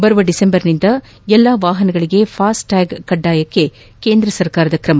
ಬರುವ ದಿಸೆಂಬರ್ನಿಂದ ಎಲ್ಲ ವಾಹನಗಳಿಗೆ ಫಾಸ್ಟ್ಟ್ಯಾಗ್ ಕಡ್ಡಾಯಕ್ಕೆ ಕೇಂದ್ರ ಸರ್ಕಾರ ಕ್ರಮ